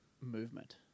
movement